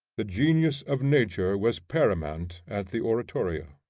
the genius of nature was paramount at the oratorio.